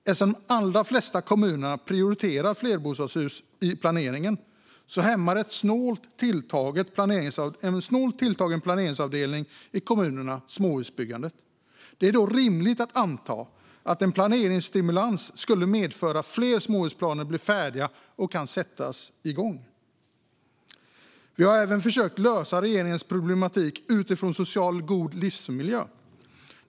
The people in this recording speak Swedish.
Eftersom de allra flesta kommuner prioriterar flerbostadshus i planeringen hämmar en snålt tilltagen planeringsavdelning i kommunerna småhusbyggandet. Det är då rimligt att anta att en planeringsstimulans skulle medföra att fler småhusplaner blir färdiga och kan sättas igång. Vi har även försökt lösa regeringens problematik utifrån socialt god livsmiljö.